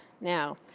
Now